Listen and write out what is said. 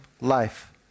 life